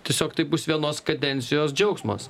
tiesiog tai bus vienos kadencijos džiaugsmas